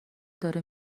داره